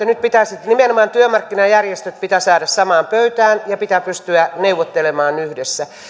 nyt pitää sitten nimenomaan työmarkkinajärjestöt saada samaan pöytään ja pitää pystyä neuvottelemaan yhdessä